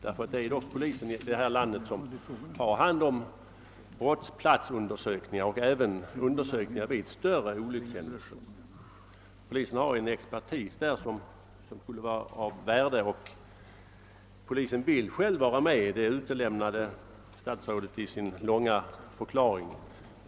Det är dock polisen här i landet som har hand om brottsplatsundersökningar och även undersökningar av större olyckshändelser. Polisen har en expertis därvidlag som det skulle vara av värde att få inkopplad. Polisen vill själv också vara med — det utelämnade statsrådet i sin långa förklaring.